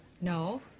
No